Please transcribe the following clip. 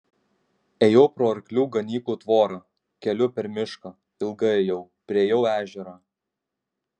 ėjau pro arklių ganyklų tvorą keliu per mišką ilgai ėjau priėjau ežerą